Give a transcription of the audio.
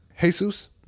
Jesus